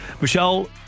Michelle